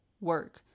work